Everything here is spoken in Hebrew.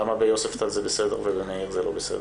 למה ביוספטל זה בסדר ובמאיר זה לא בסדר?